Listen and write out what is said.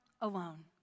alone